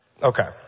Okay